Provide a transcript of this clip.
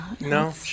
No